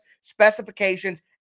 specifications